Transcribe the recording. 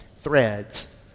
threads